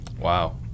Wow